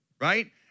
right